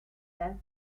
death